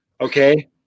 okay